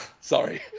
Sorry